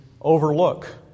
overlook